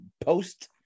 post